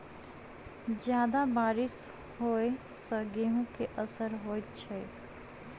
जियादा बारिश होइ सऽ गेंहूँ केँ असर होइ छै?